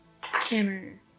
Hammer